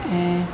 ऐं